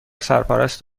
سرپرست